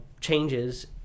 changes